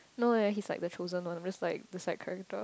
no eh he's like the chosen one I'm just like the side character